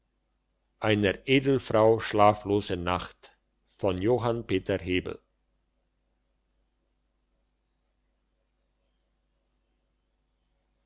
einer edelfrau schlaflose nacht